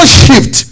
shift